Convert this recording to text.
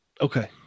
Okay